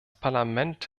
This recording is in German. parlament